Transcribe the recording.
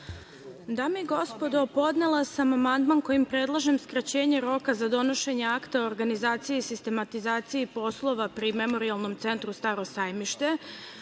Dame i gospodo, podnela sam amandman kojim predlažem skraćenje roka za donošenja akta o organizaciji i sistematizaciji poslova pri memorijalnom centru Staro sajmište. Svojim